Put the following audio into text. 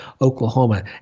Oklahoma